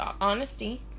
honesty